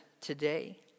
today